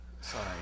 Sorry